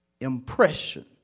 impression